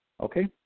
okay